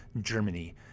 Germany